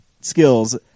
skills